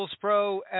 Pro